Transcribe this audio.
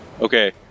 Okay